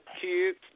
kids